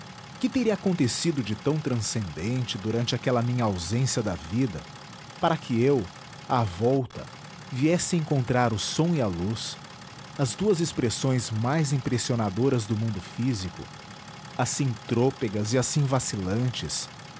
que teria acontecido de tão transcendente durante aquela minha ausência da vida para que eu à volta viesse encontrar o som e a luz as duas expressões mais impressionadoras do mundo físico assim trôpegas e assim vacilantes